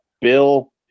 Bill